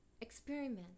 Experiment